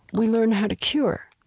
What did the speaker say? we learn how to cure.